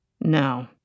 No